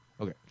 okay